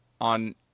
on